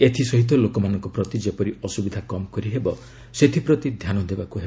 ଏଥିସହିତ ଲୋକମାନଙ୍କ ପ୍ରତି ଯେପରି ଅସୁବିଧା କମ୍ କରିହେବ ସେଥିପ୍ରତି ଧ୍ୟାନ ଦେବାକୁ ହେବ